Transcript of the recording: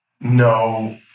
no